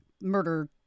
murder